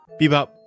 Bebop